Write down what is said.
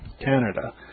Canada